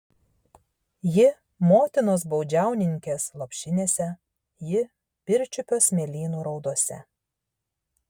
ji motinos baudžiauninkės lopšinėse ji pirčiupio smėlynų raudose